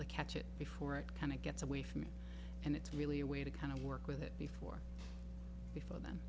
to catch it before it kind of gets away from me and it's really a way to kind of work with it before before then